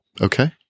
Okay